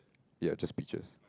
ya just peaches